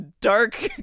dark